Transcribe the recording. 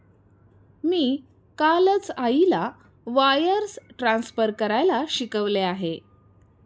मी कालच आईला wires transfer करायला शिकवले आहे